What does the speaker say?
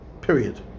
Period